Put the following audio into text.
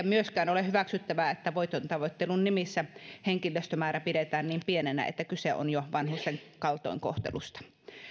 myöskään ole hyväksyttävää että voitontavoittelun nimissä henkilöstömäärä pidetään niin pienenä että kyse on jo vanhusten kaltoinkohtelusta